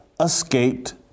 escaped